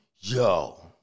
Yo